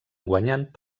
guanyant